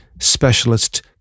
specialist